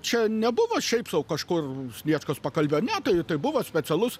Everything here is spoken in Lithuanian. čia nebuvo šiaip sau kažkur sniečkus pakalbėjo ne tai buvo specialus